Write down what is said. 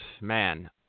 man